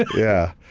yeah.